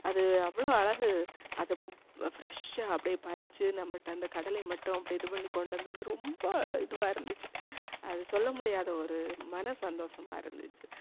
அது அவ்வளோ அழகு அதை பு ஃப்ரெஷ்ஷாக அப்படியே பறிச்சு நம்மகிட்ட அந்த கடலை மட்டும் அப்படி இது பண்ணி கொண்டு வந்தது ரொம்ப இதுவாக இருந்துச்சு அது சொல்லமுடியாத ஒரு மன சந்தோசமாக இருந்துச்சு